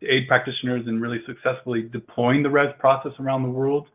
to aid practitioners in really successfully deploying the rez process around the world.